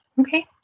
okay